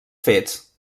fets